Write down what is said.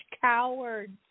cowards